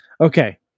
Okay